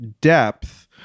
depth